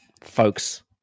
folks